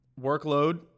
workload